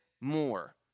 more